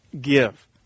give